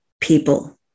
people